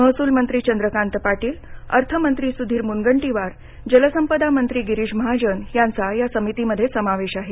महसूल मंत्री चंद्रकांत पाटील अर्थमंत्री स्धीर म्नगंटीवार आणि जलसंपदा मंत्री गिरीश महाजन यांचा या समितीमध्ये समावेश आहे